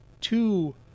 two